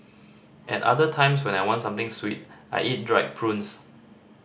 at other times when I want something sweet I eat dried prunes